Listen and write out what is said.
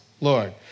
Lord